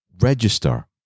register